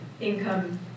income